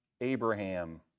Abraham